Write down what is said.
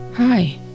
Hi